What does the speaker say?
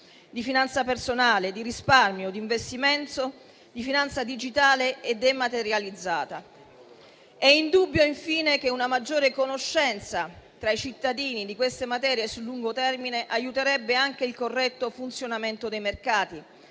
di finanza personale, di risparmio, di investimento e di finanza digitale e dematerializzata. È indubbio, infine, che una maggiore conoscenza tra i cittadini di queste materie sul lungo termine aiuterebbe anche il corretto funzionamento dei mercati,